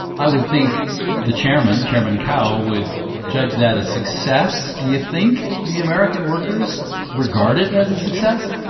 i would think the chairman, chairman cao, would judge that a success. do you think the american workers regard it as a success?